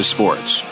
Sports